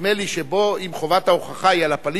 נדמה לי שבו אם חובת ההוכחה היא על הפליט,